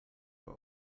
what